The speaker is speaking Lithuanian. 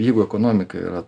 jeigu ekonomika yra